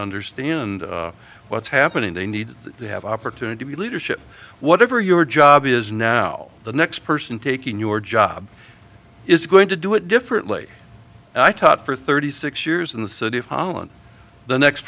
understand what's happening they need to have opportunity leadership whatever your job is now the next person taking your job is going to do it differently and i taught for thirty six years in the city of holland the next